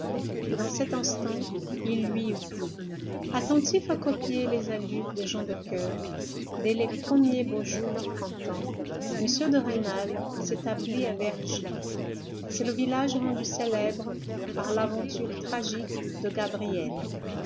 que dans cet instant il lui eût plu attentif à copier les allures des gens de coeur dès les premiers beaux jours du printemps m de rênal s'établit à vergy c'est le village rendu célèbre par l'aventure tragique de gabrielle